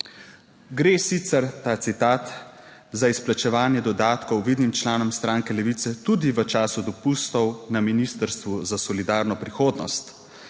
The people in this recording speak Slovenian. Gre sicer, ta citat, za izplačevanje dodatkov vidnim članom stranke Levice tudi v času dopustov na Ministrstvu za solidarno prihodnost,